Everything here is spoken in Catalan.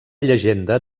llegenda